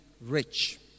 rich